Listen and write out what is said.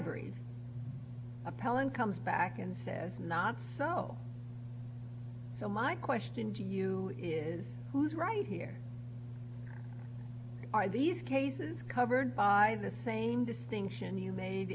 breeze by palin comes back and says not so so my question to you is who's right here are these cases covered by the same distinction you made